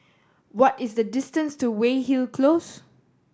what is the distance to Weyhill Close